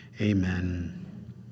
amen